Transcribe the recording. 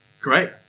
Great